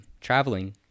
traveling